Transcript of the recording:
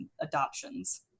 adoptions